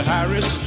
Harris